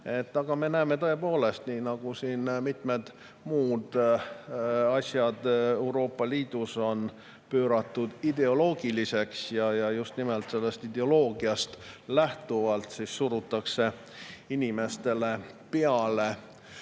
seda. Me näeme tõepoolest – nagu mitmed muud asjad Euroopa Liidus on pööratud ideoloogiliseks –, et just nimelt ideoloogiast lähtuvalt surutakse inimestele peale